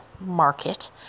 market